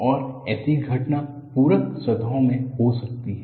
और ऐसी घटना पूरक सतहों में हो सकती है